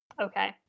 Okay